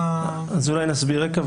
נסביר רקע,